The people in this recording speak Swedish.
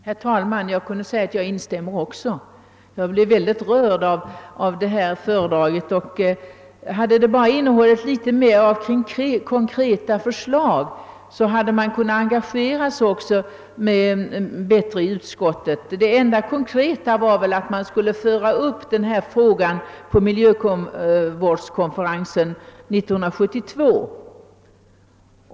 Herr talman! Också jag kunde ha sagt att jag instämmer i herr Lothigius” anförande. Jag blev mycket rörd av hans föredrag. Hade det bara innehållit något mera av konkreta förslag, hade man också kunnat engagera sig starkare i utskottet. Den enda konkreta åtgärd som föreslogs var, att denna fråga skulle tas upp vid miljövårdskonferensen 1972.